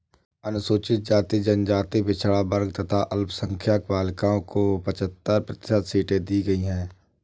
अनुसूचित जाति, जनजाति, पिछड़ा वर्ग तथा अल्पसंख्यक बालिकाओं को पचहत्तर प्रतिशत सीटें दी गईं है